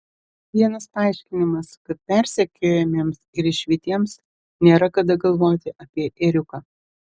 vienas paaiškinimas kad persekiojamiems ir išvytiems nėra kada galvoti apie ėriuką